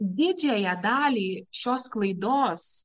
didžiąją dalį šios klaidos